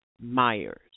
Myers